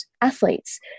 athletes